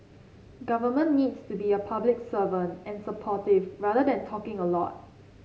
government needs to be a public servant and supportive rather than talking a lot